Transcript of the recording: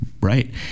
Right